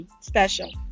Special